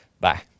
Bye